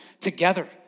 together